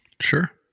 Sure